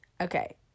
Okay